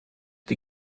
die